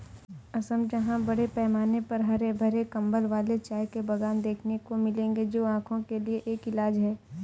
असम जहां बड़े पैमाने पर हरे भरे कंबल वाले चाय के बागान देखने को मिलेंगे जो आंखों के लिए एक इलाज है